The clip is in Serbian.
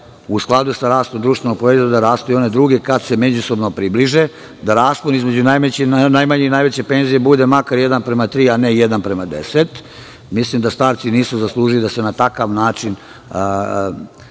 u skladu sa rastom BDP, rastu i one druge, kada se međusobno približe da raspon između najmanje i najveće penzije bude makar 1:3, a ne 1:10. Mislim da starci nisu zaslužili da se na takav način